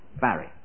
Barry